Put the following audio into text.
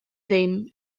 ddim